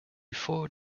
four